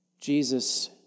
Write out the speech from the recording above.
Jesus